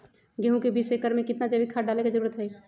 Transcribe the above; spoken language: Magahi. गेंहू में बीस एकर में कितना जैविक खाद डाले के जरूरत है?